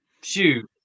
shoot